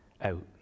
out